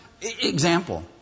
example